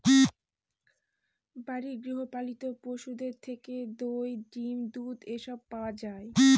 বাড়ির গৃহ পালিত পশুদের থেকে দই, ডিম, দুধ এসব পাওয়া যায়